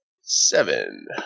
seven